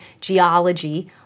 geology